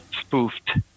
spoofed